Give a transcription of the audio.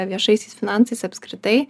viešaisiais finansais apskritai